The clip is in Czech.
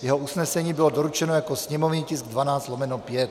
Jeho usnesení bylo doručeno jako sněmovní tisk 12/5.